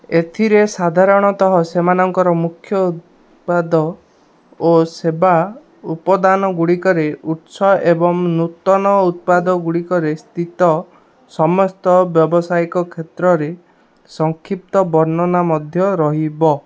ଏଥିରେ ସାଧାରଣତଃ ସେମାନଙ୍କର ମୁଖ୍ୟ ଉତ୍ପାଦ ଓ ସେବା ଉପାଦାନ ଗୁଡ଼ିକର ଉତ୍ସ ଏବଂ ନୂତନ ଉତ୍ପାଦ ଗୁଡ଼ିକର ସ୍ଥିତ ସମେତ ବ୍ୟାବସାୟିକ କ୍ଷେତ୍ରର ସଂକ୍ଷିପ୍ତ ବର୍ଣ୍ଣନା ମଧ୍ୟ ରହିବ